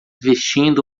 vestindo